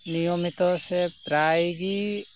ᱱᱤᱭᱚᱢᱤᱛᱚ ᱥᱮ ᱯᱮᱨᱟᱭ ᱜᱮ